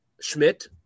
Schmidt